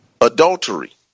adultery